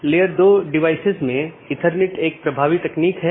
बस एक स्लाइड में ऑटॉनमस सिस्टम को देख लेते हैं